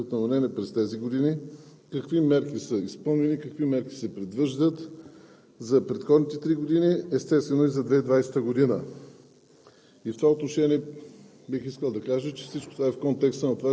Във връзка с това въпросът ми е: как върви изпълнението на плановете за управление на риска от наводнения през тези години; какви мерки са изпълнени; какви мерки се предвиждат за предходните три години, естествено, и за 2020 г.?